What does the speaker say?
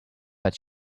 but